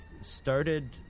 started